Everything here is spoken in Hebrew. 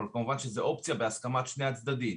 אבל כמובן שזו אופציה בהסכמת שני הצדדים.